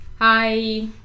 Hi